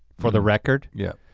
for the record. yeah,